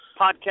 podcast